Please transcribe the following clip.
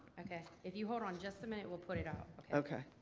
okay. if you hold on just a minute, we'll put it up. okay.